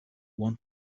want